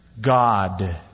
God